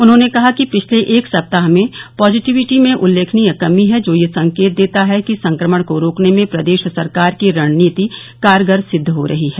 उन्होंने कहा कि पिछले एक सप्ताह में पॉजिटिविटी में उल्लेखनीय कमी है जो यह संकेत देता है कि संक्रमण को रोकने में प्रदेश सरकार की रणनीति कारगर सिद्व हो रही है